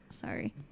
Sorry